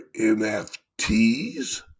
NFTs